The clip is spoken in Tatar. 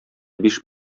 биш